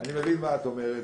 אני מבין מה שאת אומרת,